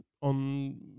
on